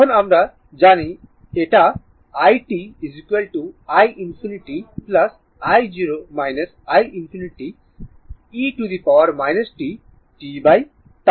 এখন আমরা জানি এটা i t i ∞ i0 i ∞ e t tτ